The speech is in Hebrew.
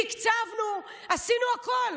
תקצבנו, עשינו הכול.